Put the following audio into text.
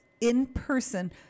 in-person